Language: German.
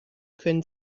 können